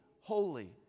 holy